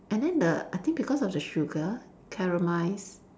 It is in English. and then the I think because of the sugar caramelised